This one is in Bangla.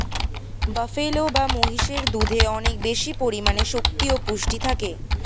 বাফেলো বা মহিষের দুধে অনেক বেশি পরিমাণে শক্তি ও পুষ্টি থাকে